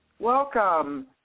Welcome